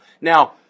Now